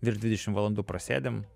virš dvidešim valandų prasėdim